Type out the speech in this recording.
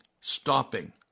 stopping